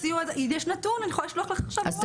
יש נתון, אני יכולה לשלוח לך עכשיו.